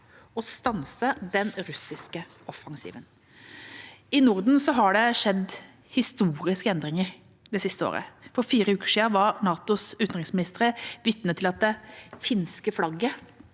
å stanse den russiske offensiven. I Norden har det skjedd historiske endringer det siste året. For fire uker siden var NATOs utenriksministre vitne til at det finske flagget